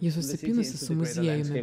ji susipynusi su muziejumi